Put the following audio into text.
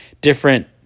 different